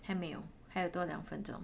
还没有还有多两分钟